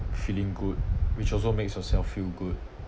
feeling good which also makes yourself feel good